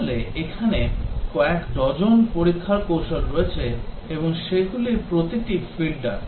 তাহলে এখানে কয়েক ডজন পরীক্ষার কৌশল রয়েছে এবং সেগুলির প্রতিটি বাগ ফিল্টার